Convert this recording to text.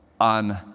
on